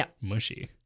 mushy